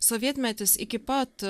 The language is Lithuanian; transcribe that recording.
sovietmetis iki pat